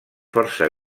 força